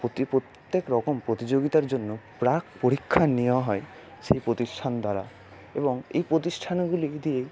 প্রতি প্রত্যেক রকম প্রতিযোগিতার জন্য প্রাক পরীক্ষা নেয়া হয় সেই প্রতিষ্ঠান দ্বারা এবং এই প্রতিষ্ঠানগুলি দিয়ে